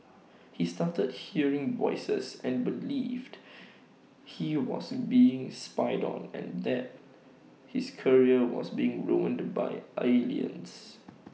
he started hearing voices and believed he was being spied on and that his career was being ruined the by aliens